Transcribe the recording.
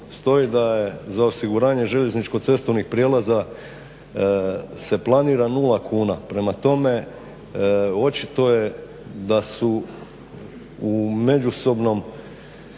stoji da je za osiguranje željezničko cestovnih prijelaza se planira 0 kuna. Prema tome, očito je da su u međusobnom